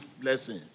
blessing